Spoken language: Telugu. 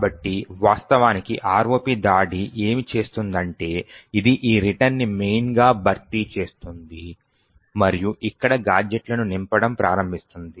కాబట్టి వాస్తవానికి ROP దాడి ఏమి చేస్తుందంటే ఇది ఈ రిటర్న్ ని mainగా భర్తీ చేస్తుంది మరియు ఇక్కడ గాడ్జెట్లను నింపడం ప్రారంభిస్తుంది